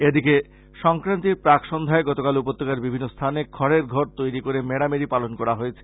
এদিকে সংক্রান্তির প্রাক্ সন্ধ্যায় গতকাল উপত্যকার বিভিন্ন স্থানে খড়ের ঘর তৈরী করে মেড়ামেড়ি পালন করা হয়েছে